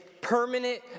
permanent